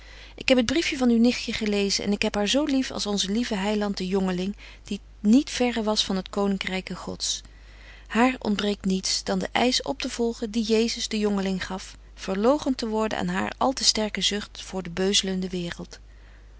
ik heb het briefje van uw nichtje gelezen en ik heb haar zo lief als onze lieve heiland den jongeling die niet verre was van het koningryke gods haar ontbreekt niets dan den eisch op te volgen dien jezus den jongeling gaf verloochent te worden aan haar al te sterke zucht voor de beuzelende waereld